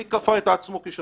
מי כפה את עצמו כשכן.